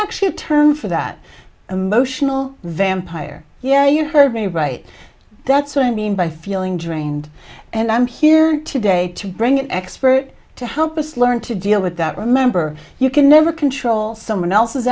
actually a term for that emotional vampire yeah you heard me right that's what i mean by feeling drained and i'm here today to bring an expert to help us learn to deal with that remember you can never control someone else's